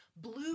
blue